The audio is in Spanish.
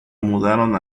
mudaron